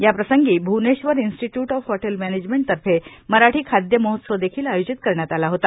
याप्रसंगी Bhubaneswar institute of hotel management तर्फे मराठी खाद्य महोत्सव देखील आयोजित करण्यात आला होता